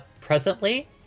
presently